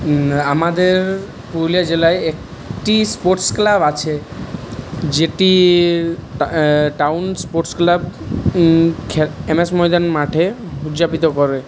আমাদের পুরুলিয়া জেলায় একটি স্পোর্টস ক্লাব আছে যেটি টাউনস স্পোর্টস ক্লাব এমএস ময়দান মাঠে উদযাপিত করে